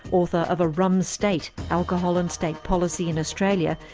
author of a rum state alcohol and state policy in australia,